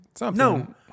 No